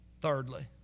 thirdly